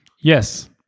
Yes